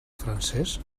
francès